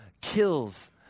kills